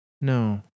No